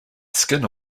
skin